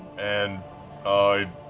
and i